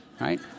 right